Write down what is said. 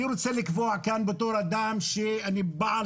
אני רוצה לקבוע כאן בתור אדם שאני בעל